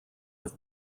have